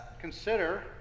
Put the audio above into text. Consider